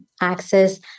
access